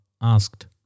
asked